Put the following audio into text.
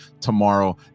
tomorrow